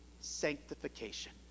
sanctification